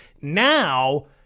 now